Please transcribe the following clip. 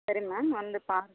சரி மேம் வந்து